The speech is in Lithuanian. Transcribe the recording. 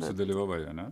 sudalyvavai ane